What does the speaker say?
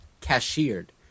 cashiered